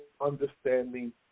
Understanding